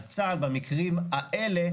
אז צה"ל במקרים האלה,